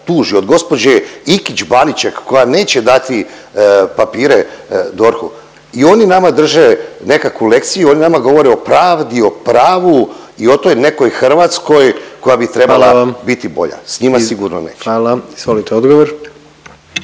tuži, od gospođe Ikić Baniček koja neće dati papire DORH-u. I oni nama drže nekakvu lekciju, oni nama govore o pravdi, o pravu i o toj nekoj Hrvatskoj koja bi… …/Upadica predsjednik: Hvala vam./… …